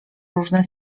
różne